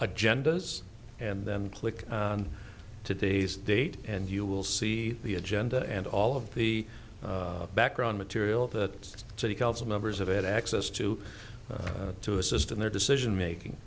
agendas and then click on today's date and you will see the agenda and all of the background material that city council members of it access to to assist in their decision making